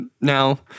now